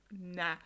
nah